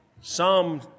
Psalm